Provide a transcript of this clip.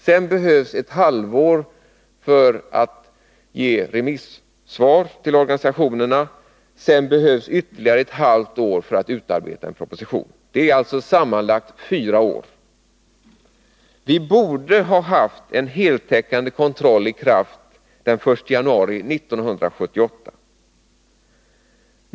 Sedan behövs ett halvår för att avge remissvar och ytterligare ett halvt år för att utarbeta en proposition. Det blir sammanlagt fyra år. Vi borde ha haft en heltäckande kontroll i kraft den 1 januari 1978.